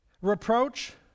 Reproach